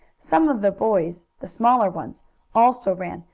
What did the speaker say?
some of the boys the smaller ones also ran,